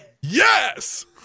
Yes